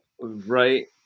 right